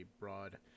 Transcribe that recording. broad